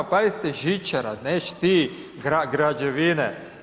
Pazite žičara, neš ti građevine.